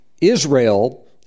Israel